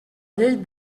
llei